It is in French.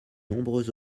nombreux